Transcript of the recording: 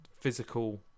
physical